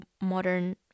modern